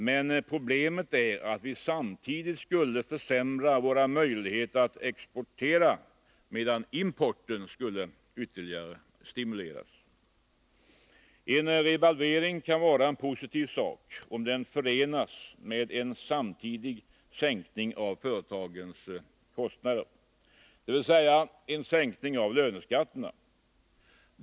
Men problemet är att vi samtidigt skulle försämra våra möjligheter att exportera, medan importen skulle ytterligare stimule Tas. En revalvering kan vara en positiv sak, om den förenas med en samtidig sänkning av företagens kostnader, dvs. en sänkning av löneskatterna.